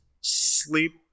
Sleep